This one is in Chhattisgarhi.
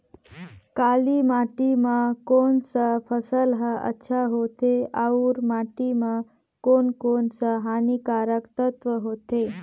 काली माटी मां कोन सा फसल ह अच्छा होथे अउर माटी म कोन कोन स हानिकारक तत्व होथे?